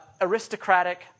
Aristocratic